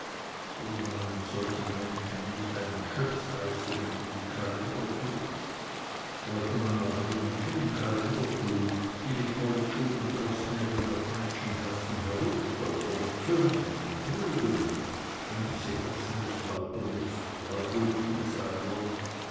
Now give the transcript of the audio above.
würde man diesen menschen nicht einen schöps heißen und in den kalender tun wollte man aber die menschen in kalender tun die mit holzschuhen und roßnägeln auf menschenherzen herumstolpern und zürnen und prügeln wenn diese herzen nicht lauter lust freude und liebe sein wollen